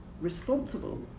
responsible